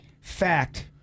Fact